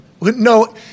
No